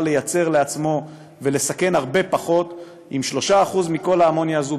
לייצר לעצמו ולסכן הרבה פחות עם 3% מכל האמוניה הזאת,